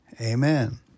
Amen